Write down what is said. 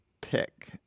pick